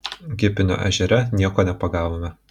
gipinio ežere nieko nepagavome